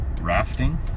rafting